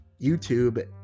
YouTube